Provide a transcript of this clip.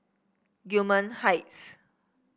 Gillman Heights